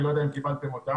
אני לא יודע אם קיבלתם אותם.